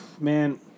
Man